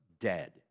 dead